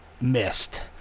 missed